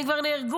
הן כבר נהרגו.